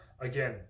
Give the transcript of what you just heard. Again